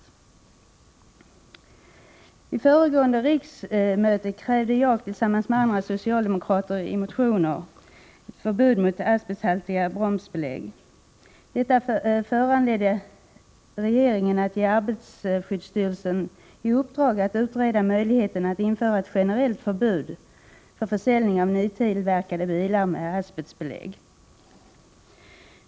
I motioner till föregående riksmöte krävde jag tillsammans med andra socialdemokrater ett förbud mot användning av asbesthaltiga bromsbelägg. Detta föranledde regeringen att ge arbetarskyddsstyrelsen i uppdrag att utreda möjligheterna att införa ett generellt förbud mot försäljning av nytillverkade bilar med asbestbelägg.